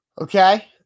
Okay